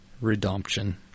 Redemption